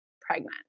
pregnant